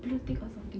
blue tick or something